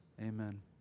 Amen